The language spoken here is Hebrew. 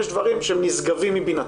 יש דברים שנשגבים מבינתי.